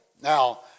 Now